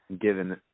given